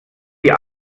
die